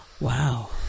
Wow